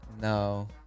No